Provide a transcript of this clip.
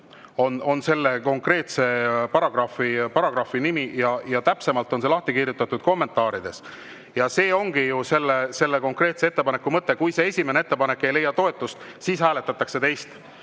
on selle konkreetse paragrahvi nimi ja täpsemalt on see lahti kirjutatud kommentaarides. See ongi ju selle konkreetse ettepaneku mõte. Kui see esimene ettepanek ei leia toetust, siis hääletatakse teist,